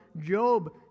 Job